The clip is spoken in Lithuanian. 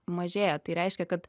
mažėja tai reiškia kad